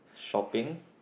shopping